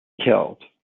killed